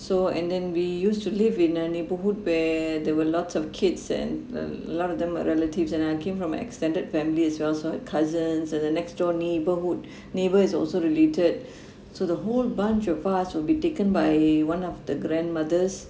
so and then we used to live in a neighborhood where there were lots of kids and a lot of them are relatives and I came from my extended family as well so I have cousins and the next door neighborhood neighbour is also related so the whole bunch of us will be taken by one of the grandmothers